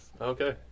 Okay